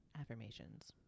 affirmations